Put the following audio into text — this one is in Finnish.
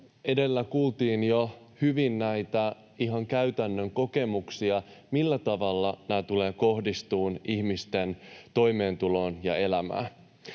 edellä kuultiin jo hyvin näitä ihan käytännön kokemuksia, millä tavalla nämä tulevat kohdistumaan ihmisten toimeentuloon ja elämään.